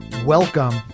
Welcome